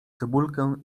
cebulkę